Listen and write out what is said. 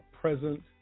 present